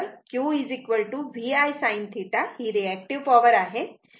तर Q VI sin θ हि reactive power आहे